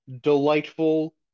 delightful